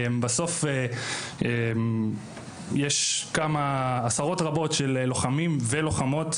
בסוף יש כמה עשרות רבות של לוחמים ולוחמות,